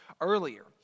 earlier